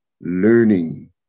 learning